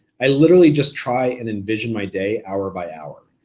i literally just try and envision my day hour by hour,